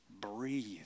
breathe